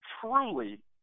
truly